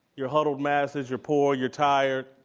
your huddled masses, your poor, your tired,